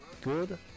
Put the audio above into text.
Good